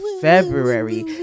February (